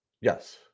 Yes